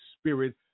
Spirit